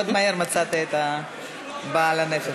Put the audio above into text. מהר מאוד מצאת את בעל החפץ.